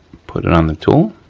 put it on the tool,